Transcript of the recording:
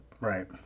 Right